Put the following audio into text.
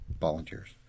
volunteers